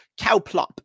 cowplop